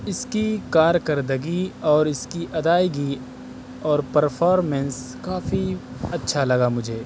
اس کی کارکردگی اور اس کی ادائیگی اور پرفارمینس کافی اچھا لگا مجھے